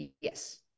yes